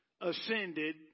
ascended